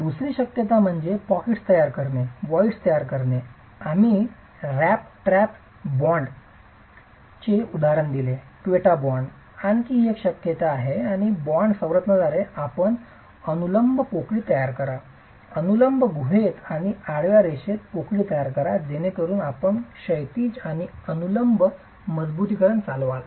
दुसरी शक्यता म्हणजे पॉकेट्स तयार करणे व्हॉईड्स voids तयार करणे आम्ही rat trap bond rat trap bondबॉन्डचे उदाहरण पाहिले क्वेटा बॉन्ड ही आणखी एक शक्यता आहे की बाँड संरचना द्वारे आपण अनुलंब पोकळी तयार करा अनुलंब गुहेत आणि आडव्या रेषेत पोकळी तयार करा जेणेकरून आपण क्षैतिज आणि अनुलंब मजबुतीकरण चालवाल